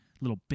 little